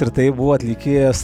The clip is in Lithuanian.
ir tai buvo atlikėjas